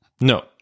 No